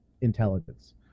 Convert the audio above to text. intelligence